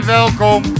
welkom